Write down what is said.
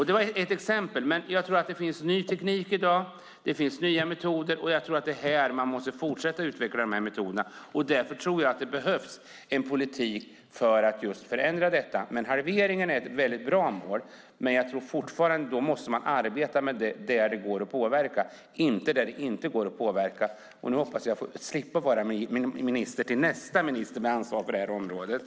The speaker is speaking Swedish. Det var ett exempel, men jag tror att det finns ny teknik i dag. Det finns nya metoder och jag tror att man måste fortsätta utveckla de metoderna. Därför tror jag att det behövs en politik för att just förändra detta. Halveringen är ett väldigt bra mål, men jag tror fortfarande att man då måste arbeta där det går att påverka, inte där det inte går att påverka. Nu hoppas jag slippa vara magister för nästa minister med ansvar för det här området.